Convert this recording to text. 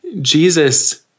Jesus